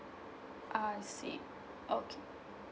I see okay